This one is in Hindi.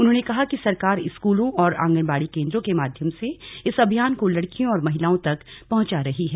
उन्होंने कहा कि सरकार स्कूलों और आंगनबाड़ी केंद्रों के माध्यम से इस अभियान को लड़कियों और महिलाओं तक पहुंचा रही है